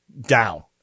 down